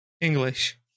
English